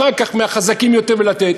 אחר כך מהחזקים יותר ולתת.